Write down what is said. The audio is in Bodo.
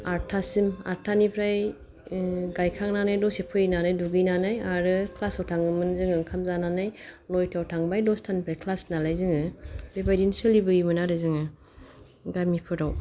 आटथासिम आटथानिफ्राय गायखांनानै दसे फैनानै दुगैनानै आरो क्लासाव थाङोमोन जोङो ओंखाम जानानै नयतायाव थांबाय दसतानिफ्राय क्लास नालाय जोङो बेबायदिनो सोलिबोयोमोन आरो जोङो गामिफोराव